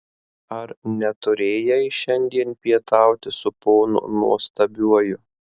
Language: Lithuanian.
ar neturėjai šiandien pietauti su ponu nuostabiuoju